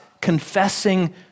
confessing